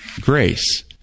grace